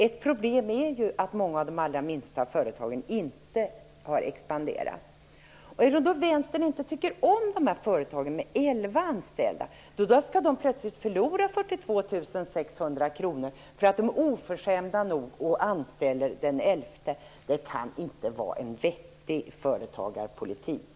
Ett problem är ju att många av de allra minsta företagen inte har expanderat. Eftersom Vänstern inte tycker om företag med elva anställda skall dessa plötsligt förlora 42 600 kr. De är oförskämda nog att anställa en elfte person. Det kan inte vara en vettig företagarpolitik.